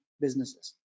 businesses